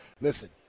Listen